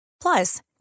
Plus